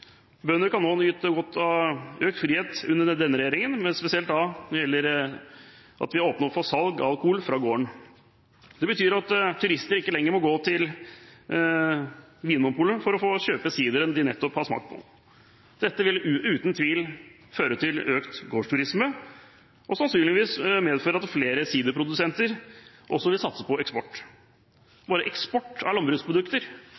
Bønder kan nå nyte godt av økt frihet under denne regjeringen, men spesielt når det gjelder at vi åpner for salg av alkohol fra gården. Det betyr at turister ikke lenger må gå til Vinmonopolet for å få kjøpe sideren de nettopp har smakt på. Dette vil uten tvil føre til økt gårdsturisme og sannsynligvis medføre at flere siderprodusenter også vil satse på eksport. Slik eksport av landbruksprodukter